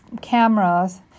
cameras